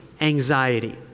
anxiety